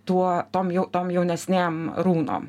tuo tom jau tom jaunesnėm runom